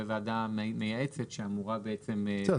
וועדה מייעצת שאמורה -- בסדר,